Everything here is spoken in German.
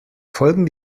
folgen